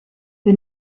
die